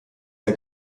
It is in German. der